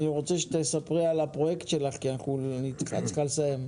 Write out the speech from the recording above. אני רוצה שתספרי על הפרויקט שלך כי את צריכה לסיים.